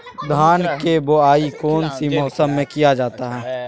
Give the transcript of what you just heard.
धान के बोआई कौन सी मौसम में किया जाता है?